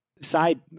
Side